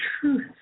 truth